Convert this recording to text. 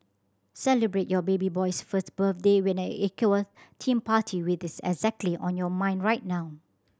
celebrate your baby boy's first birthday with an aqua theme party with this exactly on your mind right now